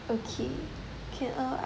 okay can uh